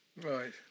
Right